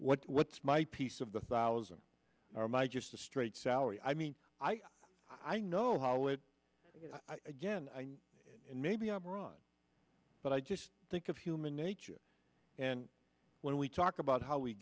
it what's my piece of the thousand are my just a straight salary i mean i i know how it again and maybe i'm wrong but i just think of human nature and when we talk about how we